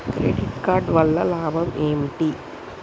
Credit card వల్ల లాభం ఏంటి?